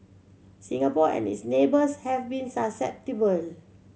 Singapore and its neighbours have been susceptible